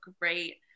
great